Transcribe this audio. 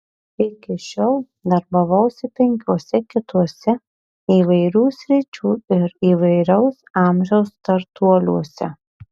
iki šiol darbavausi penkiuose kituose įvairių sričių ir įvairaus amžiaus startuoliuose